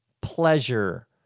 pleasure